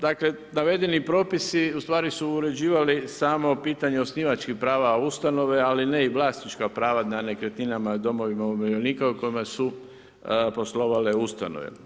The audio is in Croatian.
Dakle navedeni propisi ustvari su uređivali samo pitanje osnivačkih prava ustanove ali ne i vlasnička prava na nekretninama i domovima umirovljenika u kojima su poslovale ustanove.